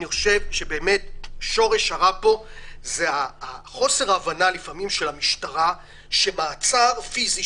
אני חושב שבאמת שורש הרע פה זה חוסר ההבנה לפעמים של המשטרה שמעצר פיזי,